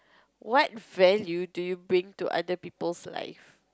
what value do you bring to other people's life